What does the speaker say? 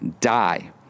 die